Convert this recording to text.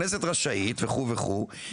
הכנסת רשאית וכו' וכו',